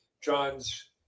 John's